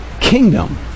kingdom